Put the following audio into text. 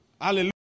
Hallelujah